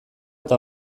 eta